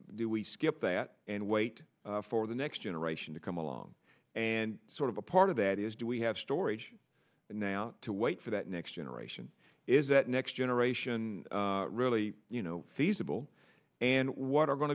do we skip that and wait for the next generation to come along and sort of a part of that is do we have storage now to wait for that next generation is that next generation really you know feasible and what are going